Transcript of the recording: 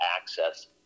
access